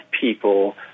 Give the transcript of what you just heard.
people